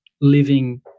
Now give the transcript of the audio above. living